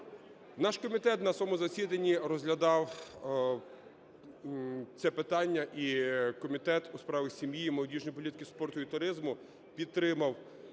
Наш комітет на своєму засіданні розглядав це питання, і Комітет у справах сім'ї, молодіжної політики, спорту і туризму підтримав